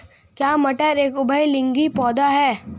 क्या मटर एक उभयलिंगी पौधा है?